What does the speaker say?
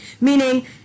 meaning